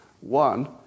One